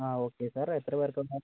ആ okay sir എത്ര പേർക്കുള്ളതാണ്